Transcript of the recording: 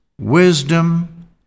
wisdom